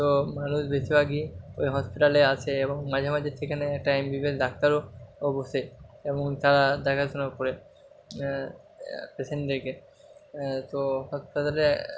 তো মানুষ বেশিরভাগই ওই হসপিটালে আসে এবং মাঝে মাঝে সেখানে টাইম ডাক্তারও বোসে এবং তারা দেখাশুনোও করে পেসেন্টদেরকে তো